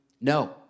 No